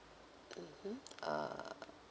mmhmm err